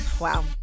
Wow